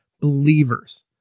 believers